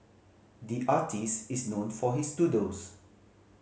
the artist is known for his doodles